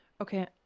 Okay